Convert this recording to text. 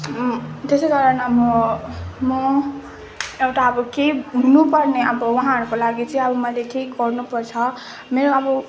त्यसैकारण अब म एउटा अब केही हुनुपर्ने अब उहाँहरूको लागि चाहिँ अब मैले केही गर्नुपर्छ मेरो अब